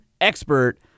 expert